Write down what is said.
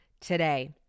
today